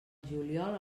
juliol